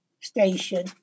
station